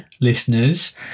Listeners